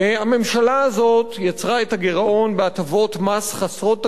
הממשלה הזאת יצרה את הגירעון בהטבות מס חסרות תקדים